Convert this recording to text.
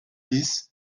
dix